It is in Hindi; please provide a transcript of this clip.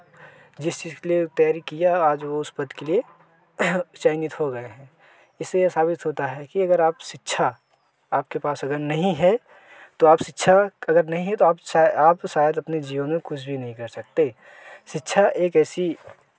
जिस चीज़ के लिए तैयारी किया आज वह उस पद के लिए चयनित हो गए हैं इससे यह साबित होता है कि अगर आप शिक्षा आपके पास अगर नहीं है तो आप शिक्षा अगर नहीं है तो आप शायद आप शायद अपनी जीवन में कुछ भी नहीं कर सकते शिक्षा एक ऐसी